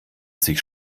sich